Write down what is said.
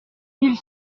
mille